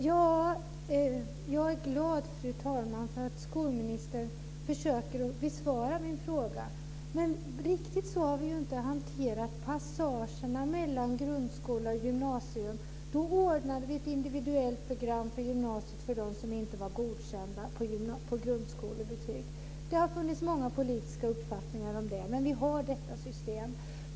Fru talman! Jag är glad för att skolministern försöker att besvara min fråga. Men riktigt så har vi inte hanterat passagerna mellan grundskola och gymnasium. Då ordnade vi ett individuellt program för dem som inte var godkända på grundskolebetyg. Det har funnits många olika politiska uppfattningar om detta, men vi har detta system.